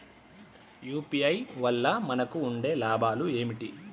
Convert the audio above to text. UPI వల్ల మనకు ఉండే లాభాలు ఏంటి?